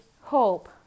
hope